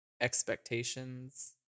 expectations